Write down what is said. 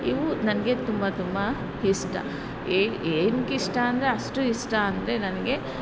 ಇವು ನನಗೆ ತುಂಬ ತುಂಬ ಇಷ್ಟ ಏನಕ್ಕೆ ಇಷ್ಟ ಅಂದರೆ ಅಷ್ಟು ಇಷ್ಟ ಅಂದರೆ ನನಗೆ